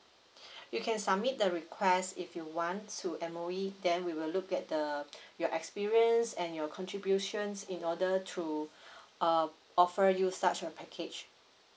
you can submit the request if you want to M_O_E then we will look at the your experience and your contributions in order to uh offer you such a package